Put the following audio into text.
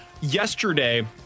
yesterday